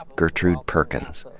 gertrude perkins.